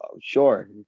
sure